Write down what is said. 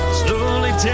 slowly